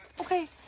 Okay